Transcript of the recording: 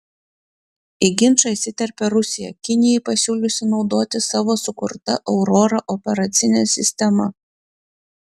į ginčą įsiterpė rusija kinijai pasiūliusi naudotis savo sukurta aurora operacine sistema